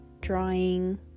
drawing